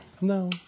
No